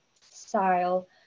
style